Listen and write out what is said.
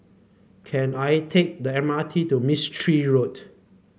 can I take the M R T to Mistri Road